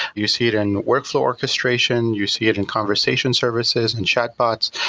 you see it in workflow orchestration, you see it and conversation services and chat bots.